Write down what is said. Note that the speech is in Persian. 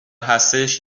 هستش